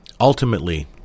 Ultimately